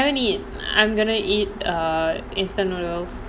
I haven't eat I'm gonna eat err instant noodles